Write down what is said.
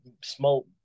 smoke